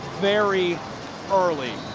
very early.